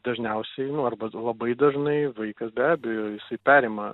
dažniausiai nu arba labai dažnai vaikas be abejo jisai perima